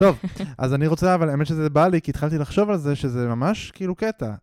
טוב, אז אני רוצה, אבל האמת שזה בא לי, כי התחלתי לחשוב על זה שזה ממש כאילו קטע.